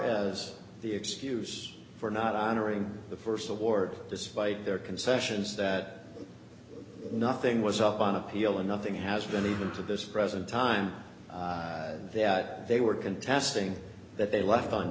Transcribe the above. as the excuse for not honoring the st award despite their concessions that nothing was up on appeal and nothing has been even to this present time that they were contesting that they left on